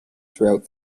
throughout